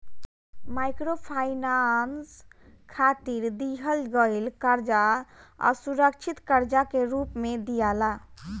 microfinance खातिर दिहल गईल कर्जा असुरक्षित कर्जा के रूप में दियाला